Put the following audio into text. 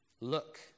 Look